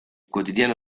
quotidiano